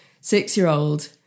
six-year-old